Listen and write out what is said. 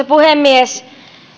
puhemies